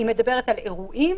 על אירועים